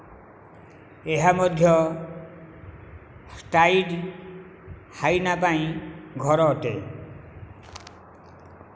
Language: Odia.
ଏହା ମଧ୍ୟ ଷ୍ଟ୍ରାଇପଡ଼୍ ହାଇନା ପାଇଁ ଘର ଅଟେ